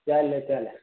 چلیں چلیں